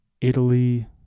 Italy